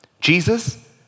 Jesus